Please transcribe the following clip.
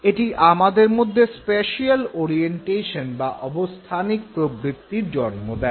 এটি আমাদের মধ্যে স্প্যাশিয়াল ওরিয়েন্টেশন বা অবস্থানিক প্রবৃত্তির জন্ম দেয়